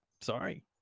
Sorry